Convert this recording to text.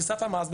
כי סף המס,